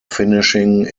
finishing